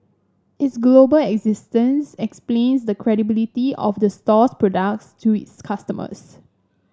its global existence explains the credibility of the store's products to its customers